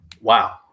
Wow